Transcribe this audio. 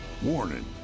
Warning